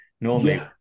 normally